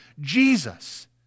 Jesus